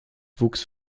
wuchs